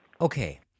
Okay